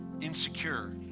insecure